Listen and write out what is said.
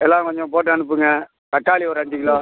எல்லாம் கொஞ்சம் போட்டு அனுப்புங்க தக்காளி ஒரு அஞ்சு கிலோ